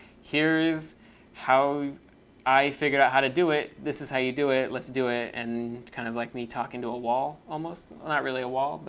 here is how i figured out how to do it. this is how you do it. let's do it and kind of like me talking to a wall almost. not really a wall, but,